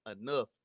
enough